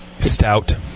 stout